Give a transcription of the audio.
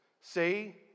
Say